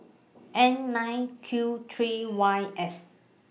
N nine Q three Y S